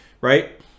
right